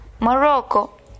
Morocco